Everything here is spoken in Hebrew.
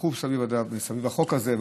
טרחו סביב החוק הזה,